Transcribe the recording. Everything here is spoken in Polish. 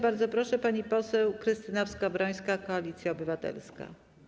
Bardzo proszę, pani poseł Krystyna Skowrońska, Koalicja Obywatelska.